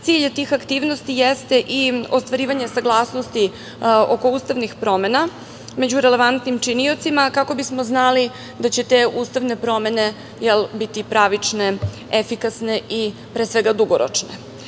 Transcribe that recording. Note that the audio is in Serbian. cilj tih aktivnosti jeste i ostvarivanje saglasnosti oko ustavnih promena među relevantnim činiocima kako bismo znali da će te ustavne promene biti pravične, efikasne i pre svega dugoročne. Da